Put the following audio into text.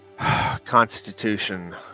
constitution